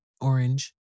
orange